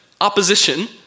opposition